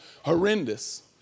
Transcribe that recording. horrendous